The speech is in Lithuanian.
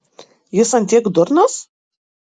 jis ant tiek durnas